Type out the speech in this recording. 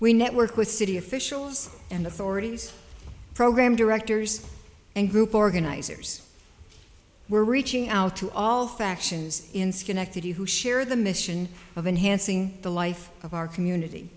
we network with city officials and authorities program directors and group organizers we're reaching out to all factions in schenectady who share the mission of enhancing the life of our community